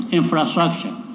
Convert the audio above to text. infrastructure